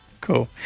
cool